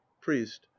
Priest